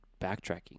backtracking